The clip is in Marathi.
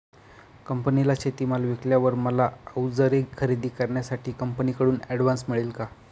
कंपनीला शेतीमाल विकल्यावर मला औजारे खरेदी करण्यासाठी कंपनीकडून ऍडव्हान्स मिळेल का?